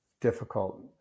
difficult